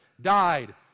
died